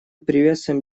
приветствуем